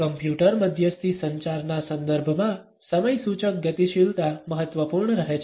computer મધ્યસ્થી સંચારના સંદર્ભમાં સમયસૂચક ગતિશીલતા મહત્વપૂર્ણ રહે છે